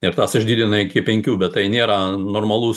ir tas išdidina iki penkių bet tai nėra normalus